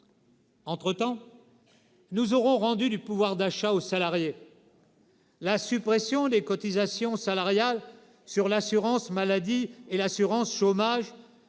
Entre-temps, nous aurons rendu du pouvoir d'achat aux salariés : la suppression des cotisations salariales sur l'assurance maladie et l'assurance chômage,